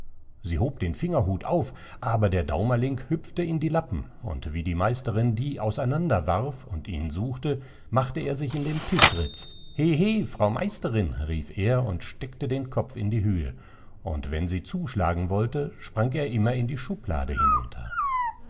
sie hob den fingerhut auf aber der daumerling hüpfte in die lappen und wie die meisterin die auseinander warf und ihn suchte machte er sich in den tischritz he he frau meisterin rief er und steckte den kopf in die höhe und wenn sie zuschlagen wollte sprang er immer in die schublade hinunter